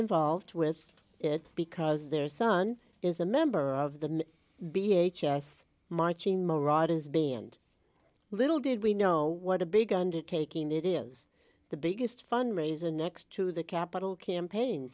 involved with it because their son is a member of the b h s marching marauders be and little did we know what a big undertaking it is the biggest fundraiser next to the capital campaign